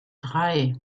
drei